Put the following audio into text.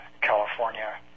California